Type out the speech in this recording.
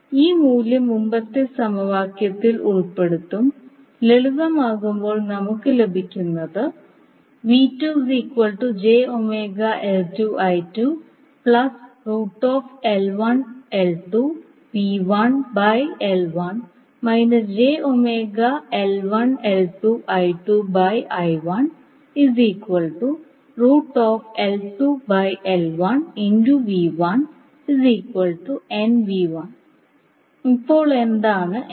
ഈ മൂല്യം മുമ്പത്തെ സമവാക്യത്തിൽ ഉൾപ്പെടുത്തും ലളിതമാക്കുമ്പോൾ നമുക്ക് ലഭിക്കുന്നത് ഇപ്പോൾ എന്താണ് n